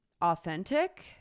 authentic